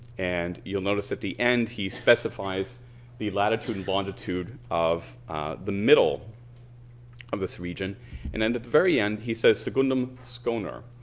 and you'll notice at the end he specifies the latitude and longitude of the middle of this region and at the very end he says secundum so schoner.